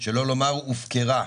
שלא לומר הופקרה.